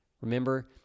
Remember